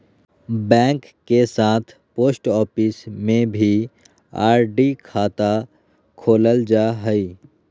bank के साथ post office में भी आर.डी खाता खोलल जा हइ